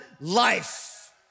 life